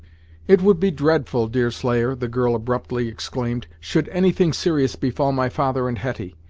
it would be dreadful, deerslayer, the girl abruptly exclaimed, should anything serious befall my father and hetty!